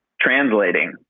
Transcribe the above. translating